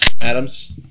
Adams